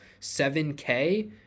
7k